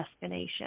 destination